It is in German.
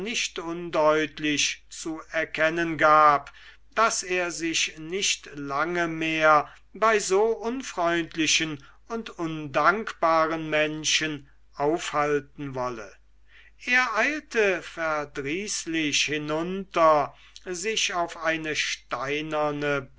undeutlich zu erkennen gab daß er sich nicht lange mehr bei so unfreundlichen und undankbaren menschen aufhalten wolle er eilte verdrießlich hinunter sich auf eine steinerne